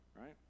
right